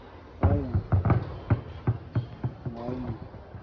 ꯍꯣꯏꯅꯦ ꯌꯥꯏꯅꯦ